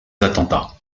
attentats